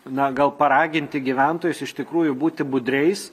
na gal paraginti gyventojus iš tikrųjų būti budriais